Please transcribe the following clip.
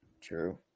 True